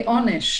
כעונש,